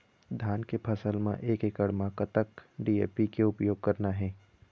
धान के फसल म एक एकड़ म कतक डी.ए.पी के उपयोग करना हे?